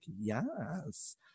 yes